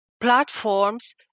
platforms